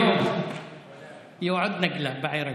היום תהיה עוד נַגלה בערב.